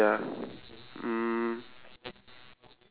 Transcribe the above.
ya we don't have that uh I don't have that sorry